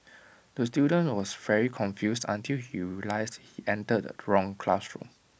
the student was very confused until he realised he entered the wrong classroom